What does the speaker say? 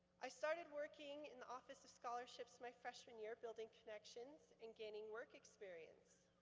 i started working in the office of scholarships my freshman year, building connections and gaining work experience.